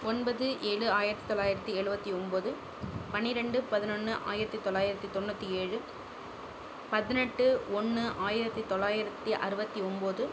ஒன்பது ஏழு ஆயிரத்தி தொள்ளாயிரத்தி எழுபத்தி ஒம்பது பனிரெண்டு பதினொன்று ஆயிரத்தி தொள்ளாயிரத்தி தொண்ணூற்றி ஏழு பதினெட்டு ஒன்று ஆயிரத்தி தொள்ளாயிரத்தி அறுபத்தி ஒம்பது